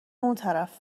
اونطرف